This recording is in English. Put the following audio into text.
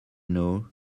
know